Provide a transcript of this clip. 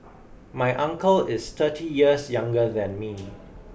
my uncle is thirty years younger than me